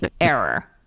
error